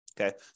Okay